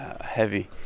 heavy